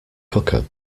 cooker